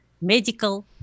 medical